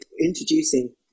introducing